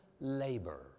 labor